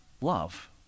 love